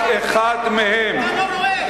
רק אחד מהם, אתה לא רואה.